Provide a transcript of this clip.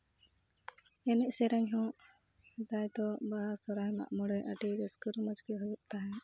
ᱮᱱᱮᱡ ᱥᱮᱨᱮᱧ ᱦᱚᱸ ᱥᱮᱫᱟᱭ ᱫᱚ ᱵᱟᱦᱟ ᱥᱚᱨᱦᱟᱭ ᱢᱟᱜ ᱢᱚᱬᱮ ᱟᱹᱰᱤ ᱨᱟᱹᱥᱠᱟᱹ ᱨᱚᱢᱚᱡᱽ ᱜᱮ ᱦᱩᱭᱩᱜ ᱛᱟᱦᱮᱸᱡ